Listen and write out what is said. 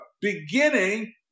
beginning